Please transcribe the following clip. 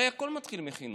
הרי הכול מתחיל בחינוך.